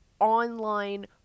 online